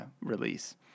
release